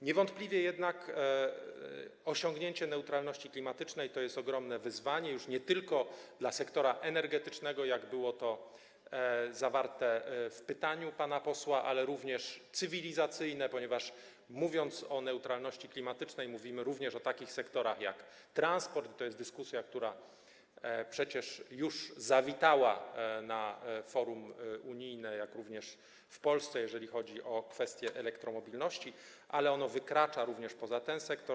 Niewątpliwie osiągnięcie neutralności klimatycznej to jest nie tylko ogromne wyzwanie dla sektora energetycznego, co zostało zawarte w pytaniu pana posła, ale również wyzwanie cywilizacyjne, ponieważ mówiąc o neutralności klimatycznej, mówimy również o takich sektorach jak transport, i to jest dyskusja, która przecież już zawitała na forum unijnym, jak również w Polsce, jeżeli chodzi o kwestię elektromobilności, ale to wykracza również poza ten sektor.